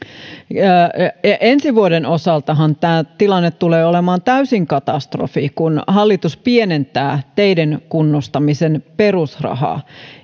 ensi vuoden osaltahan tämä tilanne tulee olemaan täysin katastrofi kun hallitus pienentää teiden kunnostamisen perusrahaa